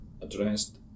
addressed